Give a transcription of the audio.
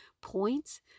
points